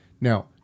Now